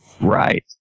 Right